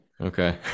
Okay